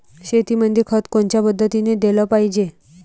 शेतीमंदी खत कोनच्या पद्धतीने देलं पाहिजे?